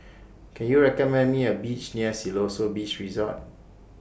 Can YOU recommend Me A Restaurant near Siloso Beach Resort